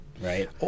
right